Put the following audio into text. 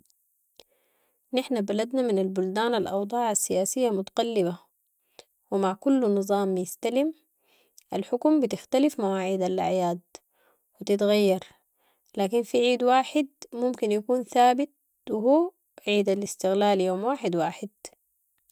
نحن بلدنا من البلدان الاوضاعها السياسة متقلبة و مع كل نظام يستلم الحكم بتختلف مواعيد الاعياد و تتغيير، لكن في عيد واحد ممكن يكون ثابت و هوعيد الاستقلال يوم واحد واحد.